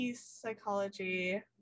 psychology